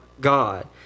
God